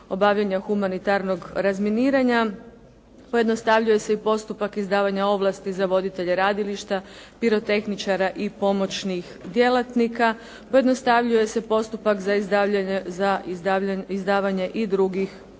obavljanja humanitarnog razminiranja, pojednostavljuje se i postupak izdavanja ovlasti za voditelje radilišta, pirotehničara i pomoćnih djelatnika, pojednostavljuje se postupak za izdavanje i drugih ovlasti.